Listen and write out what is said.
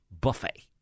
buffet